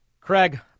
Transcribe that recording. Craig